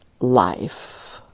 life